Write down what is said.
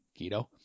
Keto